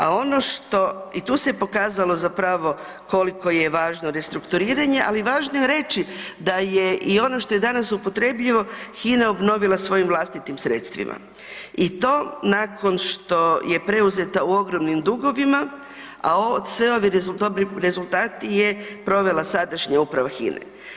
A ono što, i tu se je pokazalo zapravo koliko je važno restrukturiranje, ali važno je reći da je i ono što je danas upotrebljivo, Hina obnovila svojim vlastitim sredstvima i to nakon što je preuzeta u ogromnim dugovima, a sve ovi dobri rezultati je provela sadašnja uprava Hine.